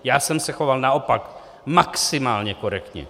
Já jsem se choval naopak maximálně korektně!